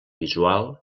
visual